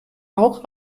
auch